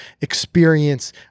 experience